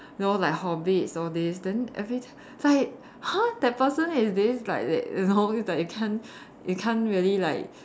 you know like hobbits all this then every time like !huh! that person is this like they they you know like you can't you can't really like